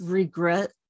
regret